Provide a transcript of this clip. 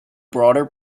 broader